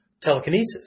Telekinesis